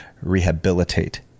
rehabilitate